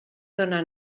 dóna